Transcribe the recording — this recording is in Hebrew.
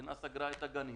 המדינה סגרה את הגנים